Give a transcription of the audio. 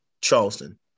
charleston